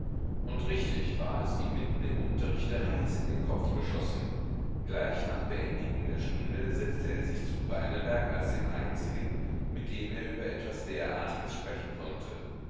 und richtig war es ihm mitten im unterrichte heiß in den kopf geschossen gleich nach beendigung der stunde setzte er sich zu beineberg als dem einzigen mit dem er über etwas derartiges sprechen konnte